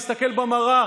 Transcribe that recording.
להסתכל במראה,